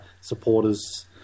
supporters